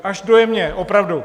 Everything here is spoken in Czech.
Až dojemně, opravdu!